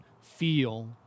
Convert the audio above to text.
feel